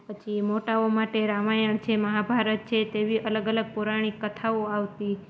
પછી મોટાઓ માટે રામાયણ છે મહાભારત છે તેવી અલગ અલગ પૌરાણિક કથાઓ આવતી